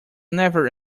never